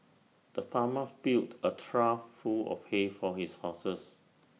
the farmer filled A trough full of hay for his horses